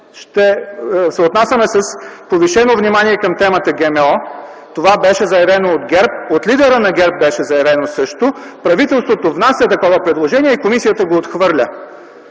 ще се отнасяме с повишено внимание към темата ГМО? Това беше заявено от ГЕРБ, а също и от лидера на ГЕРБ. Правителството внася такова предложение и комисията го отхвърля.